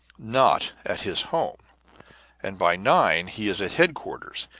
not at his home and by nine he is at headquarters,